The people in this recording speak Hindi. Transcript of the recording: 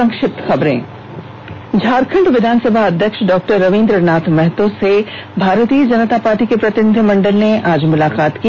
संक्षिप्त खबरें झारखंड विधानसभा अध्यक्ष डॉ रवीन्द्र नाथ महतो से भारतीय जनता पार्टी के प्रतिनिधिमंडल ने आज मुलाकात की